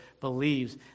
believes